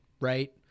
right